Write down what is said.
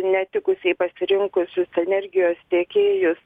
netikusiai pasirinkusius energijos tiekėjus